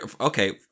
Okay